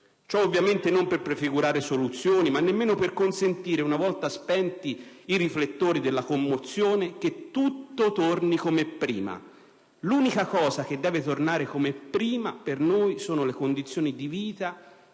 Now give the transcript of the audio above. Ciò ovviamente non per prefigurare soluzioni, ma nemmeno si può consentire, una volta spenti i riflettori della commozione, che tutto torni come prima. L'unica cosa che deve tornare come prima, per noi, sono le condizioni di vita